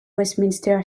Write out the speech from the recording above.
westminster